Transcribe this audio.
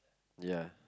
ya